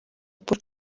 paul